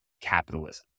capitalism